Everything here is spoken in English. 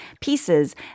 pieces